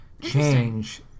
change